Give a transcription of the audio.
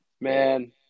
Man